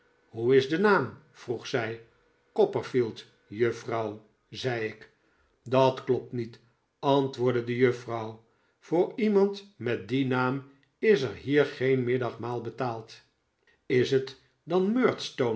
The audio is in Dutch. hoe is de naam vroeg zij copperfield juffrouw zei ik dat klopt niet antwoordde de juffrouw voor iemand met dien naam is er hier geen middagmaal betaald is het dan